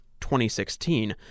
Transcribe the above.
2016